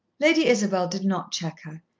lady isabel did not check her.